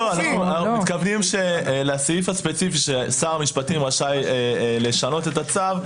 אנחנו מתכוונים לסעיף הספציפי ששר המשפטים רשאי לשנות את הצו,